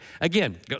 again